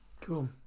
Cool